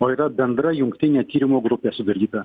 o yra bendra jungtinė tyrimo grupė sudaryta